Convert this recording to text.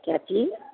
क्या जी